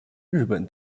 日本